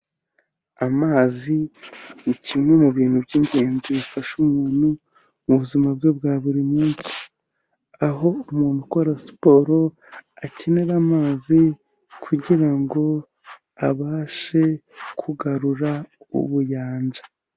Amazi ni kimwe mu bintu by'ingenzi bifasha umuntu, mu buzima bwe bwa buri munsi. Aho umuntu ukora siporo akenera amazi kugira ngo abashe kugarura ubuyanja.